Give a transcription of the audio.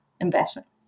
investment